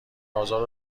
آزار